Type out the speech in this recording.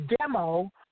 demo